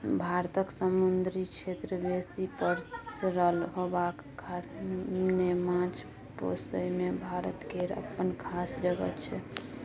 भारतक समुन्दरी क्षेत्र बेसी पसरल होबाक कारणेँ माछ पोसइ मे भारत केर अप्पन खास जगह छै